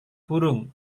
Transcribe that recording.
burung